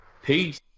Peace